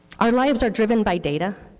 our lives are driven by data.